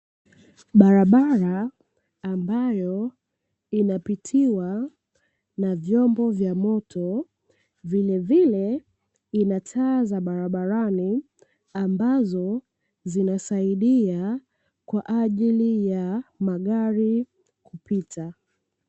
Barabara ambayo inapitiwa na vyombo vya moto, vilevile ina taa za barabarani ambazo zinasaidia kwa ajili ya magari kupita.